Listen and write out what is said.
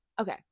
okay